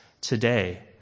today